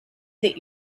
that